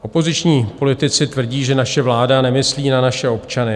Opoziční politici tvrdí, že naše vláda nemyslí na naše občany.